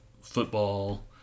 football